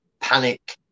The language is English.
panic